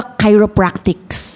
Chiropractics